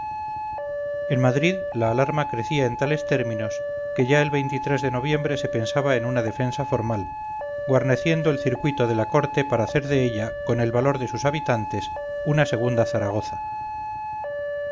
en madrid la alarma crecía en tales términos que ya en de noviembre se pensaba en una defensa formal guarneciendo el circuito de la corte para hacer de ella con el valor de sus habitantes una segunda zaragoza